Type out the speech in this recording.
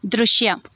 ದೃಶ್ಯ